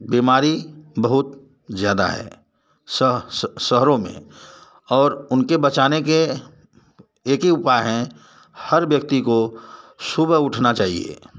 बीमारी बहुत ज़्यादा है शहरों में और उनके बचाने के एक ही उपाए हैं हर व्यक्ति को को सुबह उठना चाहिए